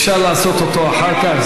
אפשר לעשות אותו אחר כך,